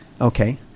Okay